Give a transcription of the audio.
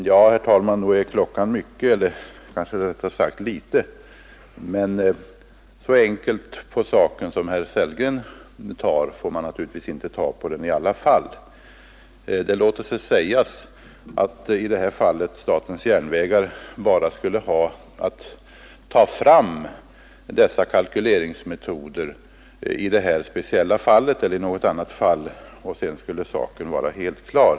Herr talman! Visserligen är klockan mycket, men man får naturligtvis ändå inte ta så enkelt på saken som herr Sellgren gör. Det låter sig sägas att i det här fallet SJ bara skulle ha att ta fram dessa kalkyleringsmetoder i detta speciella fall eller i något annat fall, och så skulle saken vara helt klar.